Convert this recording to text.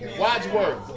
wadsworth!